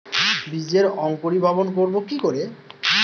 বীজের অঙ্কোরি ভবন করব কিকরে?